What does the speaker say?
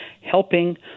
helping